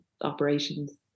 operations